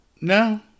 No